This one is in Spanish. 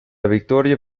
victoria